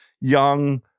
young